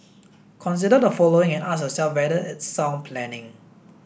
consider the following and ask yourself whether it's sound planning